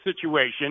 situation